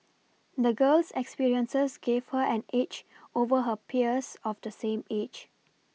the girl's experiences gave her an edge over her peers of the same age